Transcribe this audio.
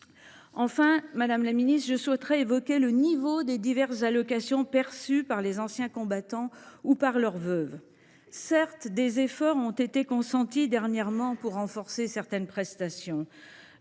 Enfin, je souhaiterais évoquer le niveau des diverses allocations perçues par les anciens combattants ou par leurs veuves. Certes, des efforts ont été consentis dernièrement pour renforcer certaines prestations.